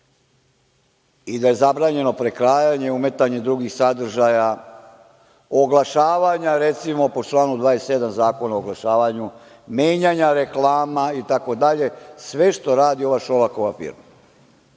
i da je zabranjeno prekrajanje, umetanje drugih sadržaja, oglašavanja, recimo, po članu 27. Zakona o oglašavanju, menjanja reklama itd, sve što radi ova Šolakova firma. Nisu